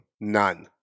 None